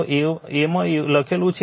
તો એમાં લખેલું છે